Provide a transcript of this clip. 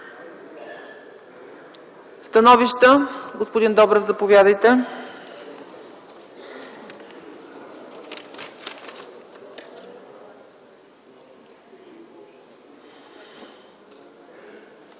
Становища? Господин Добрев, заповядайте.